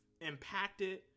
impacted